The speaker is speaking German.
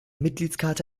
mitgliedskarte